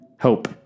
Hope